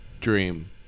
dream